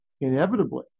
inevitably